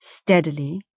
steadily